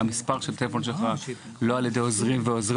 המספר של טלפון שלך לא על ידי עוזרים ועוזרי